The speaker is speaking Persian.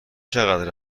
چقدر